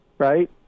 Right